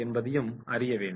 என்பதையும் அறிய வேண்டும்